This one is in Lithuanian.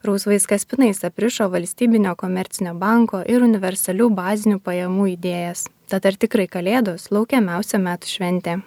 rausvais kaspinais aprišo valstybinio komercinio banko ir universalių bazinių pajamų idėjas tad ar tikrai kalėdos laukiamiausia metų šventė